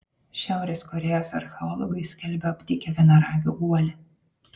šiaurės korėjos archeologai skelbia aptikę vienaragio guolį